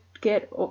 get